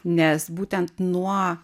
nes būtent nuo